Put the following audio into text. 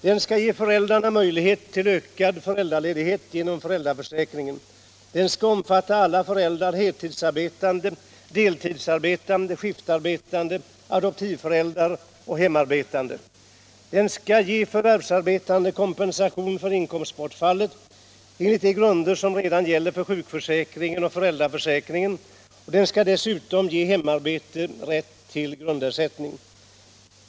Den skall ge föräldrarna möjlighet till ökad föräldraledighet genom föräldraförsäkringen. Den skall omfatta alla föräldrar: heltidsarbetande, deltidsarbetande, skiftarbetande, adoptivföräldrar och hemarbetande. Den skall ge förvärvsarbetande kompensation för inkomstbortfallet enligt de grunder som redan gäller för sjukförsäkringen och föräldraförsäkringen, och den skall dessutom ge hemarbetande rätt till grundersättning.